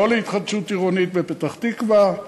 לא להתחדשות עירונית בפתח-תקווה,